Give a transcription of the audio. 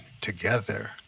together